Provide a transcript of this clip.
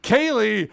Kaylee